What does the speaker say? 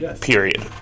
period